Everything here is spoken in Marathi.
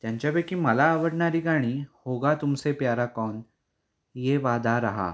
त्यांच्यापैकी मला आवडणारी गाणी होगा तुमसे प्यारा कौन ये वादा रहा